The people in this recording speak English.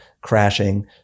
crashing